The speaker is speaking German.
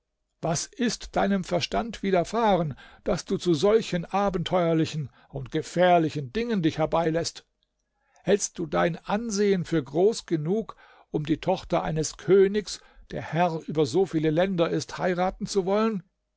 was ist deinem verstand widerfahren daß du zu solchen abenteuerlichen und gefährlichen dingen dich herbeiläßt hältst du dein ansehen für groß genug um die tochter eines königs der herr über so viele länder ist heiraten zu wollen